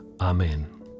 Amen